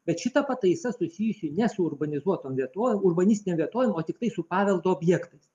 bet šita pataisa susijusi ne su urbanizuotom vietovėm urbanistinėm vietovėm o tiktai su paveldo objektais